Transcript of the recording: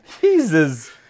Jesus